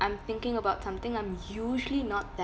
I'm thinking about something I'm usually not that